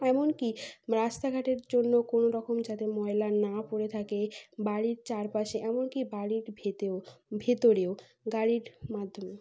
এমনকি রাস্তাঘাটের জন্য কোনো রকম যাতে ময়লা না পড়ে থাকে বাড়ির চারপাশে এমনকি বাড়ির ভিতরেও ভিতরেও গাড়ির মাধ্যমে